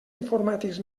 informàtics